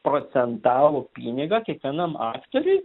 procentalų pinigą kiekvienam aktoriui